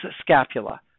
scapula